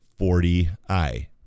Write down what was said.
40I